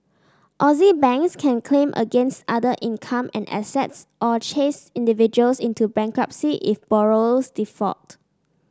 Aussie banks can claim against other income and assets or chase individuals into bankruptcy if borrowers default